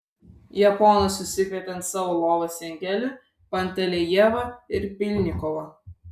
japonas susikvietė ant savo lovos jankelį pantelejevą ir pylnikovą